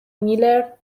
miller